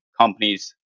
companies